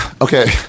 Okay